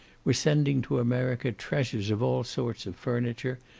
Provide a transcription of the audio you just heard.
were sending to america treasures of all sorts of furniture,